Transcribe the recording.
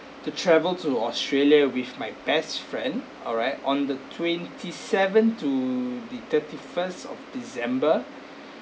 to travel to australia with my best friend alright on the twenty seven to the thirty first of december